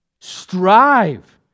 Strive